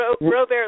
Robert